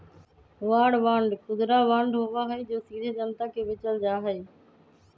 war bond खुदरा bond होबा हई जो सीधे जनता के बेचल जा हई